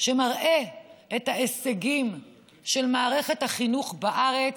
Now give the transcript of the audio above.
שמראה את ההישגים של מערכת החינוך בארץ,